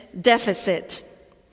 deficit